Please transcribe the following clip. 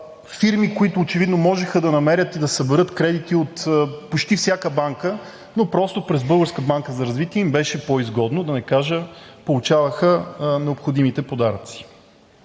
фирми, които очевидно можеха да намерят и да съберат кредити от почти всяка банка, но просто през Българската банка за развитие им беше по-изгодно, да не кажа, получаваха необходимите подаръци.